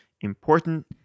important